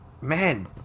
man